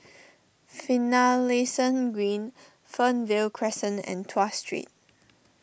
Finlayson Green Fernvale Crescent and Tuas Street